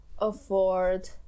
afford